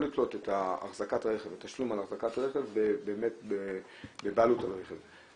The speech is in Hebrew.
לא לתלות את אחזקת הרכב והתשלום על אחזקת רכב בבעלות על רכב.